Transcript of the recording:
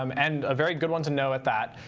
um and a very good one to know, at that.